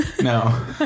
no